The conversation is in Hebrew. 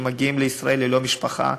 שמגיעים לישראל ללא משפחה,